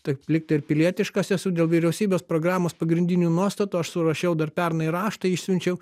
taip lyg tai ir pilietiškas esu dėl vyriausybės programos pagrindinių nuostatų aš surašiau dar pernai raštą išsiunčiau